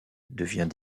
devient